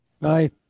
Bye